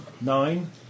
Nine